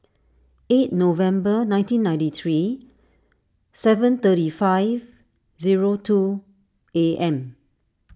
eight November nineteen ninety three seven thirty five zero two A M